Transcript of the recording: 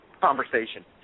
conversation